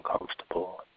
uncomfortable